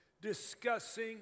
discussing